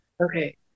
Okay